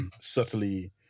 subtly